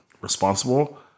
responsible